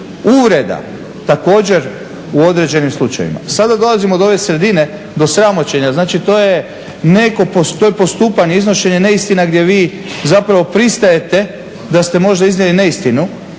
Uvreda, također u određenim slučajevima. Sada dolazimo do ove sredine, do sramoćenja, znači to je neko, to je postupanje, iznošenje neistina gdje vi zapravo pristajete da ste možda iznijeli neistinu,